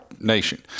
nation